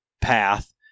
path